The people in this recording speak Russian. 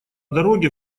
дороге